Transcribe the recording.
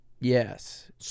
Yes